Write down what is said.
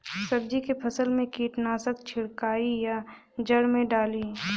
सब्जी के फसल मे कीटनाशक छिड़काई या जड़ मे डाली?